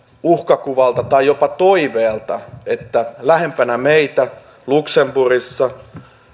uhkakuvalta tai jopa toiveelta että lähempänä meitä luxemburgissa